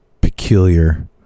peculiar